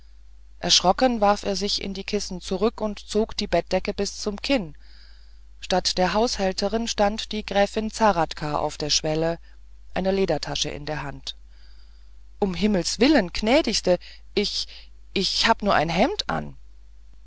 erschrocken warf er sich in die kissen zurück und zog die bettdecke bis zum kinn statt der haushälterin stand die gräfin zahradka auf der schwelle eine ledertasche in der hand um himmels willen gnädigste ich ich hab nur ein hemd an